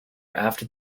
after